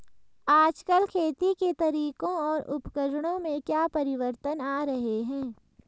आजकल खेती के तरीकों और उपकरणों में क्या परिवर्तन आ रहें हैं?